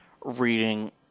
reading